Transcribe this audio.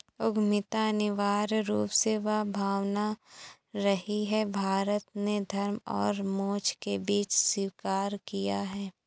उद्यमिता अनिवार्य रूप से वह भावना रही है, भारत ने धर्म और मोक्ष के बीच स्वीकार किया है